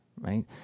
Right